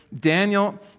Daniel